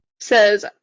says